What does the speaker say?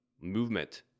Movement